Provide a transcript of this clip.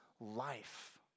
life